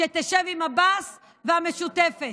שתשב עם עבאס והמשותפת.